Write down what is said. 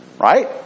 Right